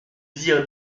dire